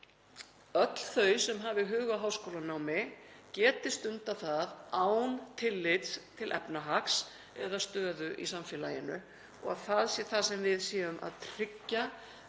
öll þau sem hafi hug á háskólanámi geti stundað það án tillits til efnahags eða stöðu í samfélaginu og að það sé það sem við séum að tryggja